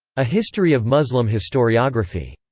a history of muslim historiography.